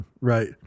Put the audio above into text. Right